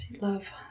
love